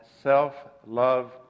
self-love